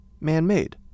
man-made